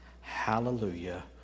Hallelujah